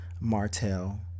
Martell